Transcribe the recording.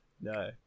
no